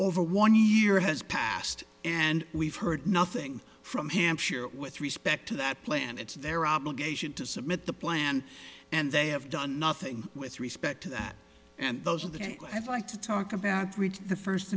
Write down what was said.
over one year has passed and we've heard nothing from hampshire with respect to that plan it's their obligation to submit the plan and they have done nothing with respect to that and those are the if i to talk about the first